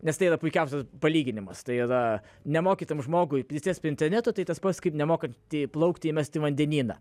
nes tai yra puikiausias palyginimas tai yra nemokytam žmogui prisėst prie interneto tai tas pats kaip nemokant plaukti įmesti į vandenyną